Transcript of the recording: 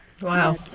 Wow